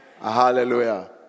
Hallelujah